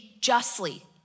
justly